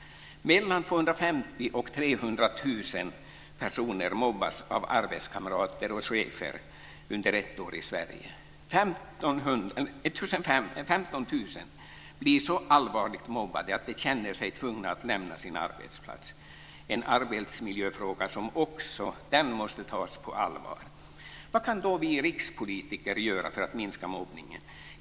Mellan 250 000 och 300 000 personer mobbas av arbetskamrater och chefer under ett år i Sverige. 15 000 blir så allvarligt mobbade att de känner sig tvungna att lämna sin arbetsplats - en arbetsmiljöfråga som också den måste tas på allvar. Vad kan då vi rikspolitiker göra för att minska mobbningen?